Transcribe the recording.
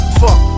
fuck